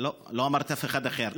אמרתי אף אחד אחר.